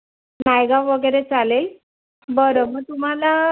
नायगाव वगैरे चालेल बरं मग तुम्हाला